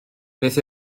beth